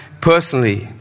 personally